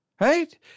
Right